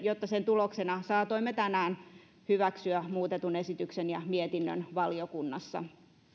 jotta sen tuloksena saatoimme tänään hyväksyä muutetun esityksen ja mietinnön valiokunnassa